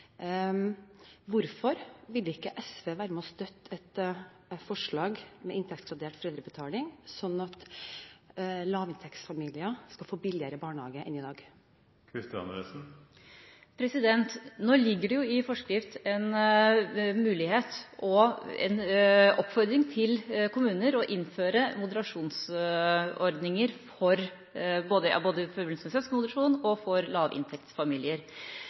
Hvorfor vil ikke SV være med og støtte et forslag med inntektsgradert foreldrebetaling, sånn at lavinntektsfamilier skal få billigere barnehage enn i dag? Nå ligger det i forskrift en mulighet og en oppfordring til kommuner om å innføre moderasjonsordninger både i forbindelse med søskenmoderasjon og for lavinntektsfamilier.